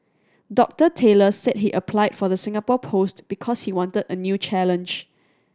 Doctor Taylor said he applied for the Singapore post because he wanted a new challenge